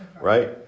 right